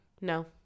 No